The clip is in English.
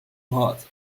hot